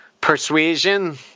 Persuasion